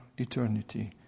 Eternity